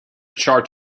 chart